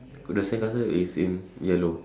so the sandcastle is in yellow